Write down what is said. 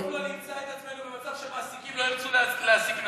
רק שבסוף לא נמצא את עצמנו במצב שמעסיקים לא ירצו להעסיק נשים.